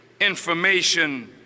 information